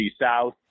South